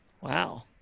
Wow